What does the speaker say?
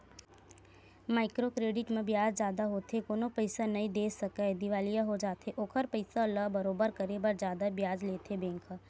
micro credit म बियाज जादा होथे कोनो पइसा नइ दे सकय दिवालिया हो जाथे ओखर पइसा ल बरोबर करे बर जादा बियाज लेथे बेंक ह